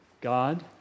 God